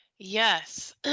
Yes